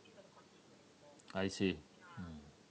I see mm